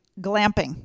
glamping